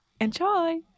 Enjoy